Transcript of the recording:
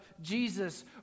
Jesus